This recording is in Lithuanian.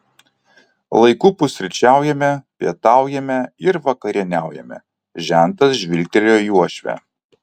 laiku pusryčiaujame pietaujame ir vakarieniaujame žentas žvilgtelėjo į uošvę